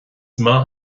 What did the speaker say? maith